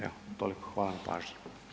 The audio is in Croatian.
Evo, toliko, hvala na pažnji.